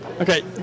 Okay